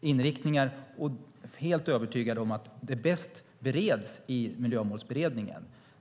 inriktning och helt övertygad om att det bereds i Miljömålsberedningen.